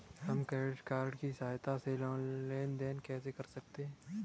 हम credit card की सहायता से लेन देन कैसे कर सकते हैं?